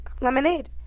lemonade